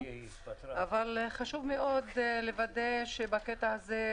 אבל חשוב מאוד לוודא שהקטע הזה,